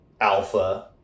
Alpha